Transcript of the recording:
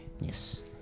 Yes